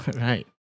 right